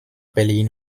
berlin